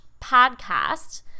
podcast